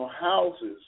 houses